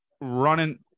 running